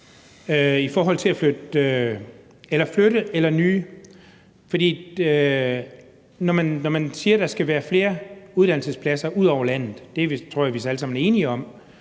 i forhold til at flytte eller få nye uddannelsespladser. For når man siger, at der skal være flere uddannelsespladser ud over landet – det tror jeg vist vi alle sammen